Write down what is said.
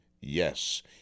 yes